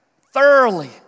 Thoroughly